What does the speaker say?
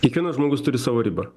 kiekvienas žmogus turi savo ribą